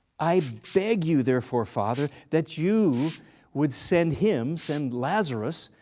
i beg you, therefore, father, that you would send him, send lazarus,